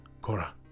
Cora